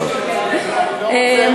תתרגמי למי שלא הבין.